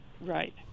Right